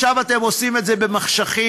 עכשיו אתם עושים את זה במחשכים,